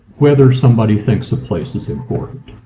whether somebody thinks the place is important.